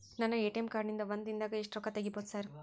ನನ್ನ ATM card ನಿಂದಾ ಒಂದ್ ದಿಂದಾಗ ಎಷ್ಟ ರೊಕ್ಕಾ ತೆಗಿಬೋದು ಸಾರ್?